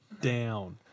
down